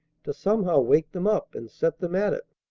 to somehow wake them up and set them at it.